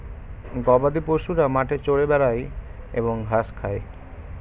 গবাদিপশুরা মাঠে চরে বেড়ায় এবং ঘাস খায়